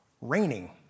raining